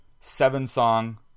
seven-song